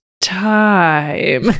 time